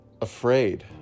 afraid